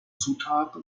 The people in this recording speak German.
zutaten